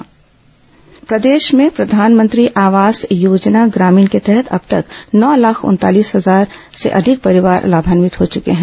प्रधानमंत्री आवास योजना प्रदेश में प्रधानमंत्री आवास योजना ग्रामीण के तहत अब तक नौ लाख उनतालीस हजार से अधिक परिवार लाभान्वित हो चुके हैं